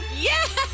Yes